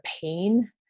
pain